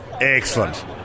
excellent